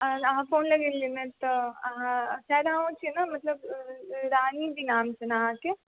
अहाॅं फोन लगेलियै हँ तऽ मतलब रानी दी नाम छै ने अहाँकेँ